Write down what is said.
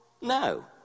No